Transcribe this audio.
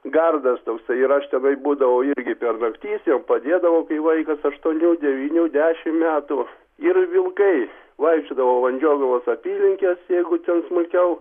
gardas toksai ir aš tenai būdavo irgi per naktis jam padėdavau kai vaikas aštuonių devynių dešimt metų ir vilkai vaikščiodavau vandžiogalos apylinkes jeigu ten smulkiau